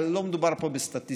אבל לא מדובר פה בסטטיסטיקה,